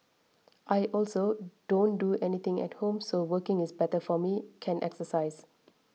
I also don't do anything at home so working is better for me can exercise